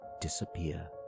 disappear